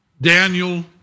Daniel